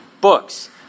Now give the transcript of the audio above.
books